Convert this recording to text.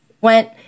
went